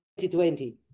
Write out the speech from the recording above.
2020